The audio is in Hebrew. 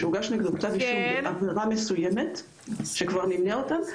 שהוגש נגדו כתב אישום בעבירה מסוימת שכבר נמנה אותה,